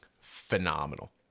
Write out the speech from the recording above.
phenomenal